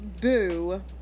boo